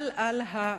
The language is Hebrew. אבל, על ה שלי,